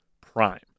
prime